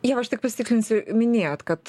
ieva aš tik pasitikslinsiu minėjot kad